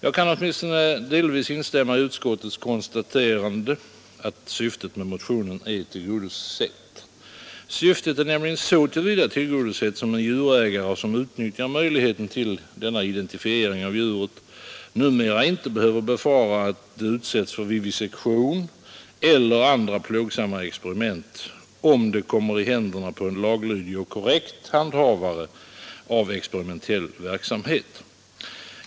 Jag kan därför åtminstone delvis instämma i utskottets konstaterande att syftet med motionen är tillgodosett. Syftet är nämligen så till vida tillgodosett som en djurägare, som utnyttjar möjligheten till identifiering av djuret, numera inte behöver befara att djuret utsätts för vivisektion eller andra plågsamma experiment, om det kommer i händerna på en laglydig och korrekt handhavare av experimentell verksamhet.